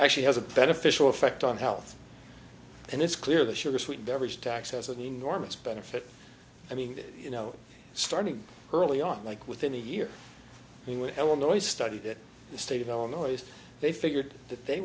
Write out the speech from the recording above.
actually has a beneficial effect on health and it's clear the sugar sweet beverage tax has an enormous benefit i mean did you know starting early on like within a year he would tell noice study that the state of illinois they figured that they